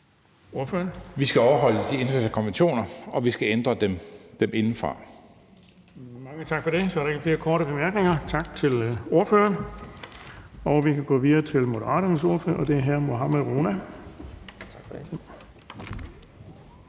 Vi skal overholde de internationale konventioner, og vi skal ændre dem indefra. Kl. 20:13 Den fg. formand (Erling Bonnesen): Mange tak for det. Så er der ikke flere korte bemærkninger. Tak til ordføreren. Vi kan gå videre til Moderaternes ordfører, og det er hr. Mohammad Rona. Kl.